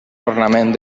ornament